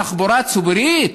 תחבורה ציבורית,